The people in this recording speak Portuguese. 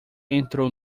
entrou